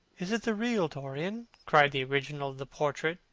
is it the real dorian? cried the original of the portrait,